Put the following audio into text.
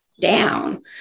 down